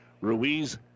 Ruiz